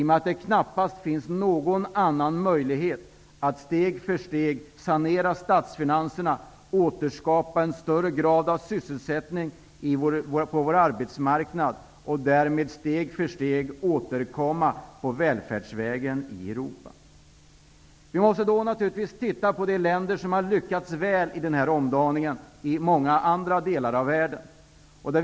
Det finns knappast någon annan möjlighet att steg för steg sanera finanserna, återskapa en större grad av sysselsättning på vår arbetsmarknad och därmed steg för steg återkomma på välfärdsvägen i Europa. Vi har naturligtvis tittat på de länder som har lyckats väl i denna omdaning i andra delar av världen.